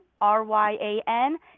R-Y-A-N